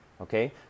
Okay